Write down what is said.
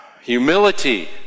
Humility